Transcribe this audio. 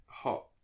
Hot